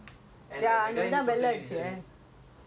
okay since you said basketball boys